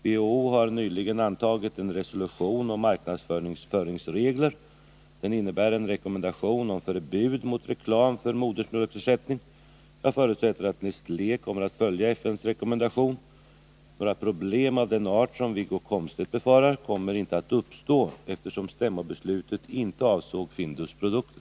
WHO har nyligen antagit en resolution om marknadsföringsregler. Den innebär en rekommendation om förbud mot reklam för modersmjölksersättning. Jag förutsätter att Nestlé kommer att följa FN:s rekommendation. Några problem av den art som Wiggo Komstedt befarar kommer inte att uppstå. eftersom stämmobeslutet inte avsåg Findus produkter.